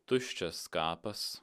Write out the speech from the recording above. tuščias kapas